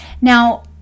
Now